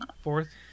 Fourth